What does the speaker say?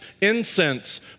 incense